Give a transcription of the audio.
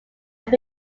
have